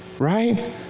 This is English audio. Right